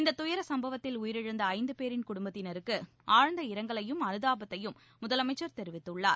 இந்த துயர சும்பவத்தில் உயிரிழந்த ஐந்து பேரின் குடும்பத்தினருக்கு ஆழ்ந்த இரங்கலையும் அனுதாபத்தையும் முதலமைச்சர் தெரிவித்துள்ளார்